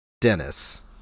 Dennis